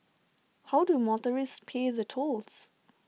how do motorists pay the tolls